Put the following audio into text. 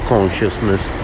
Consciousness